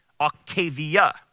octavia